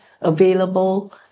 available